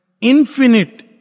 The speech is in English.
infinite